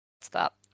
stop